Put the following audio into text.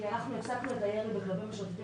כי אנחנו הפסקנו את הירי בכלבים משוטטים